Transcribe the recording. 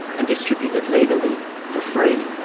and distributed legally, for free,